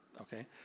okay